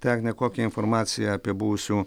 tai agne kokią informaciją apie buvusių